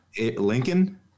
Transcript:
Lincoln